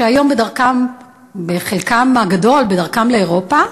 שהיום חלקם הגדול בדרכם לאירופה,